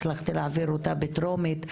הצלחתי להעביר אותה בטרומית,